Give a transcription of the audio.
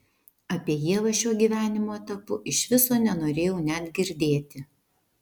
apie ievą šiuo gyvenimo etapu iš viso nenorėjau net girdėti